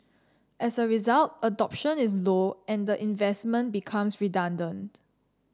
as a result adoption is low and the investment becomes redundant